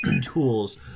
tools